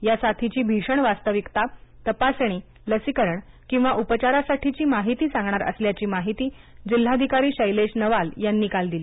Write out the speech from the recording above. या साथीची भीषण वास्तविकता तपासणी लसीकरण किंवा उपचारासाठीची माहिती सांगणार असल्याची माहिती जिल्हाधिकारी शैलेश नवाल यांनी काल दिली